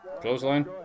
clothesline